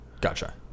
gotcha